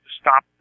stop